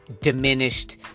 diminished